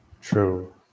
true